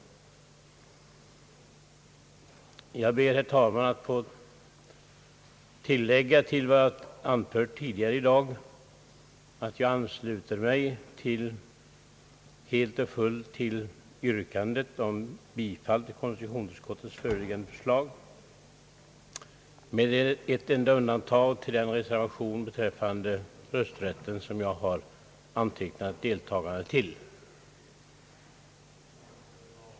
Jag ber, herr talman, att få tillägga till vad jag har anfört tidigare i dag, att jag helt och fullt ansluter mig till yrkandet om bifall till konstitutionsutskottets föreliggande förslag med ett enda undantag, nämligen beträffande den reservation om rösträtten, som jag har antecknat mitt deltagande till.